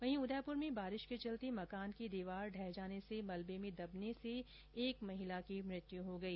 वहीं उदयपुर में बारिश के चलते मकान की दीवार ढह जाने से मलबे में दबने से एक महिला की मृत्यु हो गई